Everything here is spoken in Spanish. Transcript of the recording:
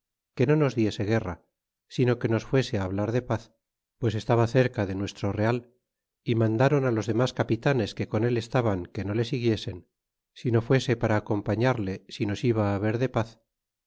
que no nos diese guerra sino que nos fuese hablar de paz pues estaba cerca de nuestro real y mandron los demas capitanes que con él estaban que no le siguiesen sino fuese para acompañarle si nos iba ver de paz